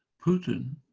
putin,